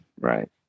right